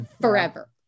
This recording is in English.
forever